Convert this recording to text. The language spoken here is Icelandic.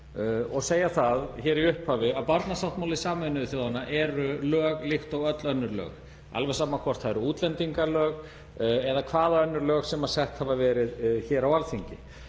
og segja það hér í upphafi að barnasáttmáli Sameinuðu þjóðanna er lög líkt og öll önnur lög, alveg sama hvort það eru útlendingalög eða hvaða önnur lög sem sett hafa verið hér á Alþingi.